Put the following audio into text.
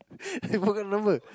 I forget the number